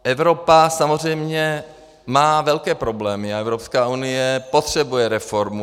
Evropa má samozřejmě velké problémy, Evropská unie potřebuje reformu.